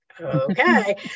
okay